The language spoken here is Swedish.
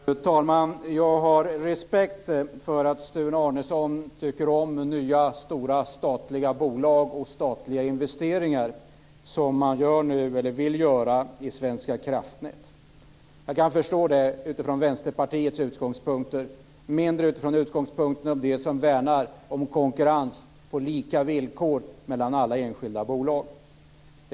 Fru talman! Jag har respekt för att Sture Arnesson tycker om nya stora statliga bolag och statliga investeringar, som man vill göra i Svenska Kraftnät. Jag kan förstå det utifrån Vänsterpartiets utgångspunkter, mindre utifrån deras utgångspunkt som värnar om konkurrens och lika villkor mellan alla enskilda bolag.